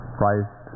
Christ